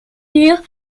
dure